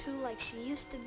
too like she used to